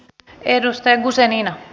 etkö edes teemu seininä